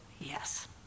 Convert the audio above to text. Yes